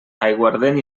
aiguardent